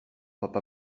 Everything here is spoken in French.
papa